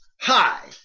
Hi